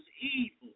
evil